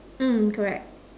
mm correct